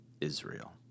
Israel